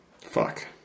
Fuck